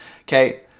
okay